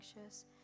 anxious